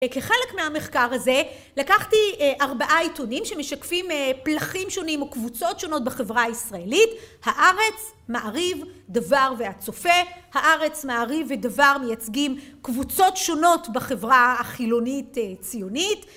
כחלק מהמחקר הזה לקחתי ארבעה עיתונים שמשקפים פלחים שונים או קבוצות שונות בחברה הישראלית הארץ מעריב דבר והצופה, הארץ מעריב ודבר מייצגים קבוצות שונות בחברה החילונית ציונית